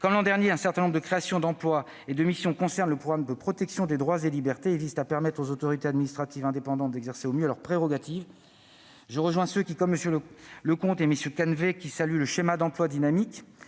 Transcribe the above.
Comme l'an dernier, un certain nombre de créations d'emplois et de missions concernent le programme « Protection des droits et libertés » et visent à permettre aux autorités administratives indépendantes d'exercer au mieux leurs prérogatives. Je rejoins ceux qui, comme MM. Leconte et Canevet, saluent le schéma d'emploi dynamique